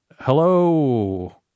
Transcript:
hello